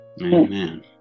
Amen